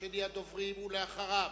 לאחריו,